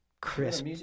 crisp